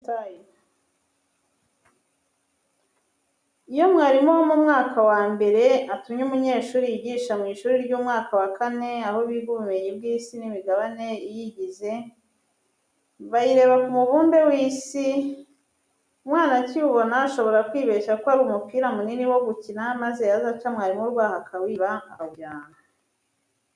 Iyo mwarimu wo mu wa mbere atumye umunyeshuri yigisha mu ishuri ry'umwaka wa kane, aho biga ubumenyi bw'isi n'imigabane iyigize, bayireba ku mubumbe w'isi; umwana akawubona, ashobora kwibeshya ko ari umupira munini wo gukina, maze yazaca mwarimu urwaho akawiba, akawujyana.